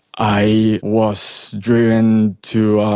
i was driven to,